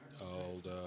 old